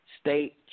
state